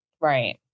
right